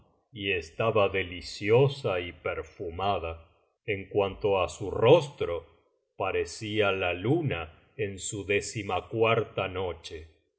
y estaba deliciosa y perfumada en cuanto á su rostro parecía la luna en su clécimacuarta noche